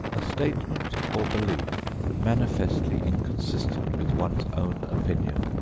a statement or belief manifestly inconsistent with one's own opinion.